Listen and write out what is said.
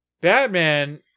Batman